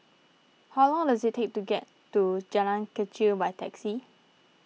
how long does it take to get to Jalan Kechil by taxi